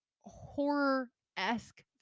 horror-esque